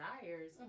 desires